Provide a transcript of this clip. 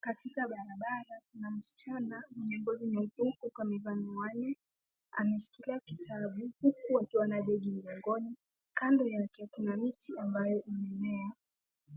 Katika barabara kuna msichana mwenye ngozi nyeupe huku amevaa miwani. Ameshikilia kitabu huku akiwa na begi mgongoni. Kando yake kuna miti ambayo imemea